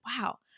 wow